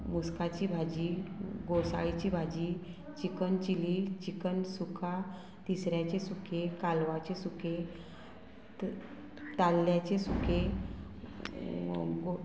मुस्गांची भाजी घोंसाळ्याची भाजी चिकन चिली चिकन सुका तिसऱ्यांचें सुकें कालवांचें सुकें ताल्ल्यांचें सुकें